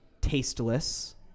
tasteless